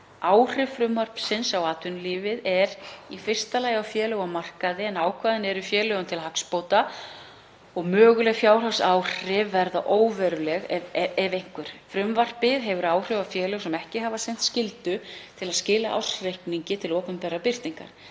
Áhrif frumvarpsins á atvinnulífið eru í fyrsta lagi á félög á markaði, en ákvæðin eru félögum til hagsbóta. Möguleg fjárhagsáhrif verða óveruleg ef einhver. Frumvarpið hefur áhrif á félög sem ekki hafa sinnt skyldu til að skila ársreikningi til opinberrar birtingar.